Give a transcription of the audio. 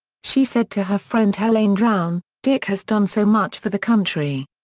she said to her friend helene drown, dick has done so much for the country.